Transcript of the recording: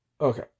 Okay